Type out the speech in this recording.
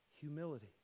humility